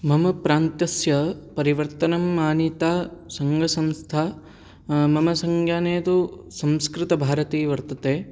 मम प्रान्तस्य परिवर्तनमानीता सङ्घसंस्था मम संज्ञाने तु संस्कृतभारती वर्तते